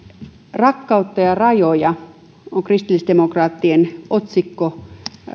rakkautta ja rajoja on kristillisdemokraattien otsikko